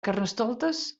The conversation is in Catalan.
carnestoltes